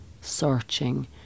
searching